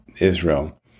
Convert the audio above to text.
Israel